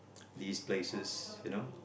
these places you know